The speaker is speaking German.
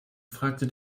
fragte